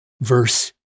verse